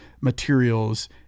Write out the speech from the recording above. materials